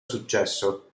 successo